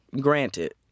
Granted